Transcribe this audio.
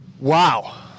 Wow